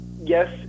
yes